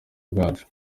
rwacu